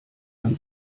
man